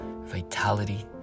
vitality